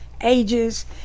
ages